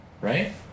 right